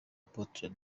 apôtre